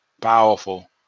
powerful